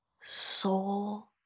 soul